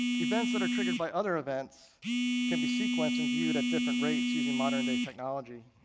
events that are triggered by other events can be sequenced and viewed at different rates using modern day technology.